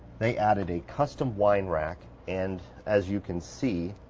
they added a custom wine rack and as you can see,